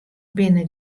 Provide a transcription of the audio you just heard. binne